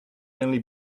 only